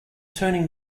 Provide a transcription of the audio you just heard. turning